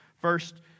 first